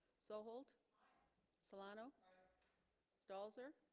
so hold solano stalls er